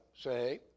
say